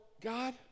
God